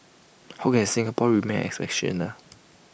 how can Singapore remain exceptional